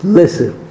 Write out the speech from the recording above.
listen